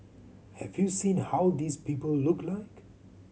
have you seen how these people look like